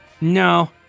no